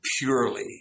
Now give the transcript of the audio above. purely